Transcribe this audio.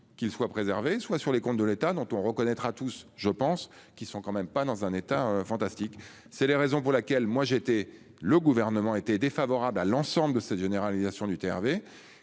qu'ils soient préservés, soit sur les comptes de l'État dont on reconnaîtra tous je pense qu'ils sont quand même pas dans un état fantastique. C'est la raison pour laquelle moi j'ai été le gouvernement était défavorable à l'ensemble de cette généralisation du TRV